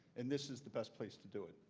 and this is the best place to do it.